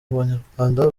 banyarwanda